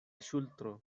ŝultro